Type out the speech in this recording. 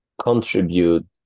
contribute